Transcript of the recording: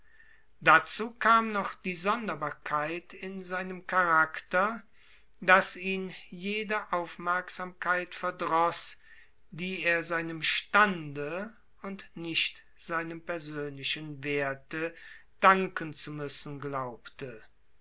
dazu kam noch die sonderbarkeit in seinem charakter daß ihn jede aufmerksamkeit verdroß die er seinem stande und nicht seinem persönlichen werte danken zu müssen glaubte